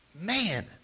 man